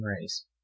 race